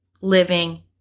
living